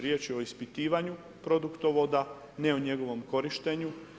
Riječ je o ispitivanju produktovoda, ne o njegovom korištenju.